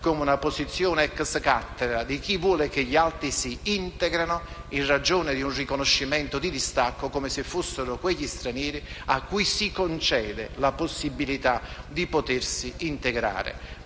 come una posizione *ex* cattedra di chi vuole che gli altri si integrano in ragione di un riconoscimento di distacco come se fossero quegli stranieri cui si concede la possibilità di potersi integrare.